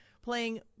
playing